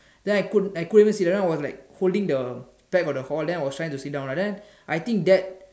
then I could I couldn't even sit down then I was like holding the back of the hall then I was trying to sit down right then I think that